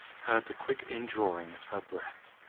the quick indrawing of her breath.